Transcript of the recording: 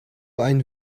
ein